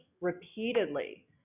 repeatedly